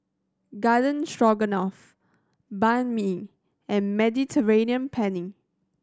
Garden Stroganoff Banh Mi and Mediterranean Penne